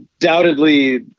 undoubtedly